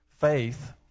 Faith